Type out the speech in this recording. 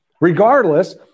Regardless